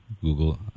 Google